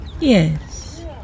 Yes